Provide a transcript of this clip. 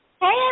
Hey